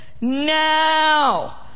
now